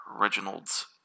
Reginald's